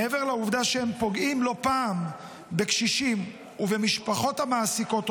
מעבר לעובדה שהם פוגעים לא פעם בקשישים ובמשפחות המעסיקות אותם,